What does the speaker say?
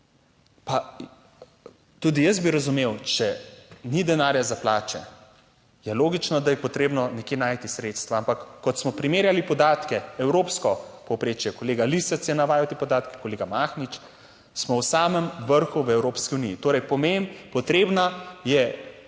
(nadaljevanje) ni denarja za plače. Ja logično, da je potrebno nekje najti sredstva. Ampak, ko smo primerjali podatke, evropsko povprečje, kolega Lisec je navajal te podatke, kolega Mahnič, smo v samem vrhu v Evropski uniji. Torej pomeni, potrebna